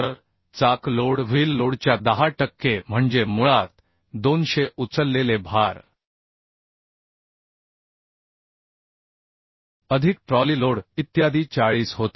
तर चाक load wheel लोडच्या 10 टक्के म्हणजे मुळात 200 उचललेले भार अधिक ट्रॉली लोड इत्यादी 40 होते